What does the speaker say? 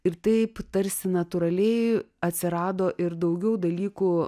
ir taip tarsi natūraliai atsirado ir daugiau dalykų